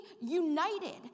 united